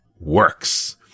works